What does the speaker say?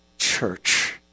church